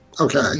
Okay